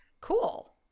cool